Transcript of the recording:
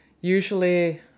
usually